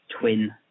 twin